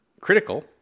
Critical